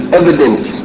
evidence